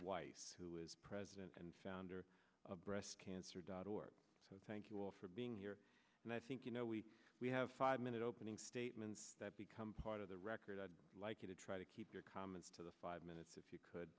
wife who is president and founder of breast cancer dot org so thank you all for being here and i think you know we we have five minute opening statements that become part of the record i'd like you to try to keep your comments to the five minutes if you could